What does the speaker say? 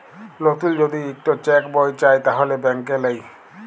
লতুল যদি ইকট চ্যাক বই চায় তাহলে ব্যাংকে লেই